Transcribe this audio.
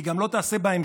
היא גם לא תעשה בהמשך.